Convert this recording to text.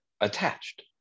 attached